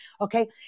Okay